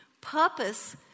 Purpose